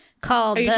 called